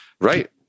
Right